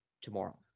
tomorrow